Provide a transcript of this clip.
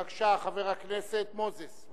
בבקשה, חבר הכנסת מוזס.